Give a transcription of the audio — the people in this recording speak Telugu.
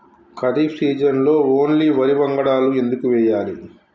ఖరీఫ్ సీజన్లో ఓన్లీ వరి వంగడాలు ఎందుకు వేయాలి?